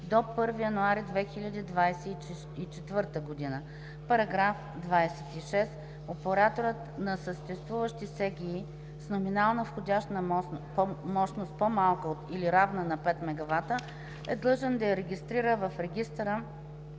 до 1 януари 2024 г. § 26. Операторът на съществуваща СГИ с номинална входяща мощност, по-малка или равна на 5 MW, е длъжен да я регистрира в регистъра